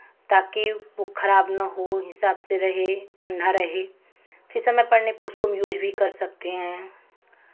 ताकि वो खराब ना हो हिसाब से रहे ठंडा रहे फिर समय पड़ने पे उसको हम यूज़ भी कर सकते हैं